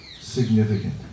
significant